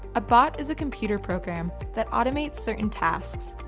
a bot is a computer program that automates certain tasks,